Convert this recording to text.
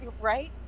Right